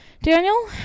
Daniel